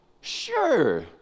Sure